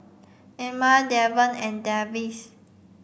Ilma Davion and Davis